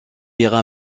ira